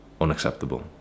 Unacceptable